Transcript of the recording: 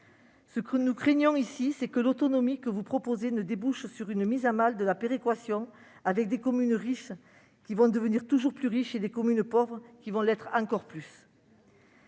Nous craignons que l'autonomie que vous proposez ne débouche sur une mise à mal de la péréquation, avec des communes riches qui vont devenir toujours plus riches et des communes pauvres qui vont l'être encore plus.